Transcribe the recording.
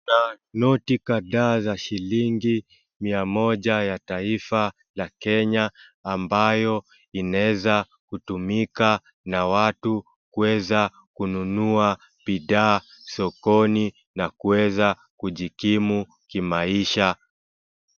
Noti kadhaa za shilingi mia moja ya taifa la Kenya ambayo inaweza kutumika na watu kueza kununua bidhaa sokoni na kuweza kujikimu kimaisha.